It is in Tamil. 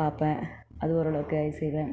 பார்ப்பேன் அது ஓரளவுக்கு ஐ செய்வேன்